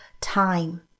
time